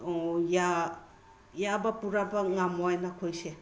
ꯌꯥꯕ ꯄꯨꯔꯛꯄ ꯉꯝꯃꯣꯏ ꯅꯈꯣꯏꯁꯦ